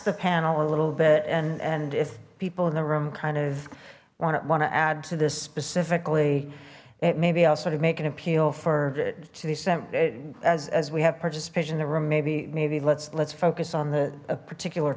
the panel a little bit and and if people in the room kind of want to want to add to this specifically it maybe i'll sort of make an appeal for it to disseminate as we have participation in the room maybe maybe let's let's focus on the particular